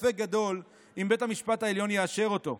ספק גדול אם בית המשפט העליון יאשר אותו,